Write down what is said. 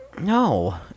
No